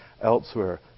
elsewhere